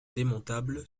démontable